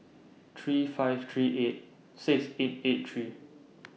three five three eight six eight eight three